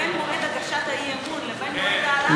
בין מועד הגשת האי-אמון לבין מועד העלאת,